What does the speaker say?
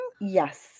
Yes